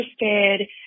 interested